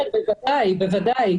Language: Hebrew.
בוודאי.